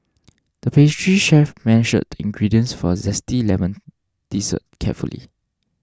the pastry chef measured the ingredients for a Zesty Lemon Dessert carefully